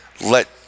let